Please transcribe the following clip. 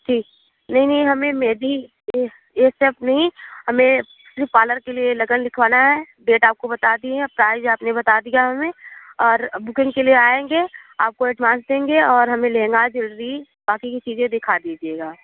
ठीक नहीं नहीं हमें मेहंदी ये सब नहीं हमें सिर्फ पार्लर के लिए लगन लिखवाना है डेट आपको बता दिए हैं प्राइज़ आपने बता दिया हमें और बुकिंग के लिए आएँगे आपको एडवांस देंगे और हमें लेना है ज्वेलरी बाकी की चीज़ें दिखा दीजिएगा